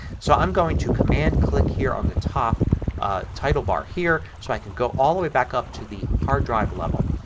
so i'm going to command click here on the top title bar here so i can go all the way back up to the hard drive level.